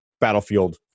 Battlefield